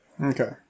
Okay